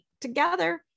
together